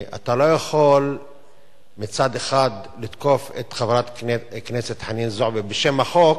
אתה לא יכול מצד אחד לתקוף את חברת הכנסת חנין זועבי בשם החוק,